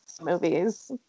movies